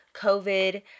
COVID